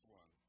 one